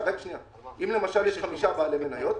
אם למשל יש חמישה בעלי מניות,